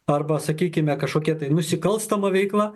arba sakykime kažkokia nusikalstama veikla